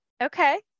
okay